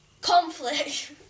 conflict